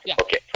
Okay